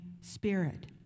spirit